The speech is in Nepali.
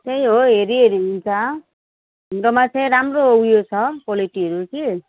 त्यही हो हेरिहेरि हुन्छ हिउँदमा चाहिँ राम्रो उयो छ क्वालिटीहरू कि